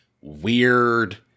weird